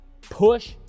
Push